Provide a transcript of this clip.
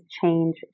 change